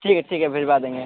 ठीक है ठीक है भेजवा देंगे